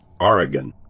Oregon